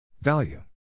Value